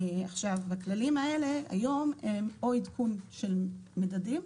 עכשיו, הכללים האלה היום הם או עדכון של מדדים,